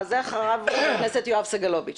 אחריו חבר הכנסת יואב סגלוביץ',